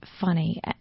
funny